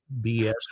BS